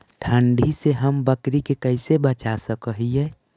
ठंडी से हम बकरी के कैसे बचा सक हिय?